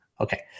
Okay